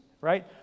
right